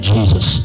Jesus